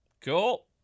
Cool